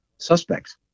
suspects